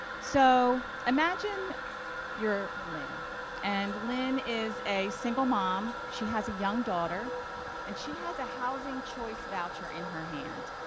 so, imagine your lynne and lynne is a single mom, she has a young daughter and she has a housing choice voucher in her hand.